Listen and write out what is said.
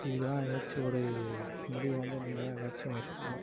இதுக்கெலாம் ஏதாச்சும் ஒரு முடிவு வந்து நீங்கள்தான் ஏதாச்சும் ஒன்று சொல்லணும்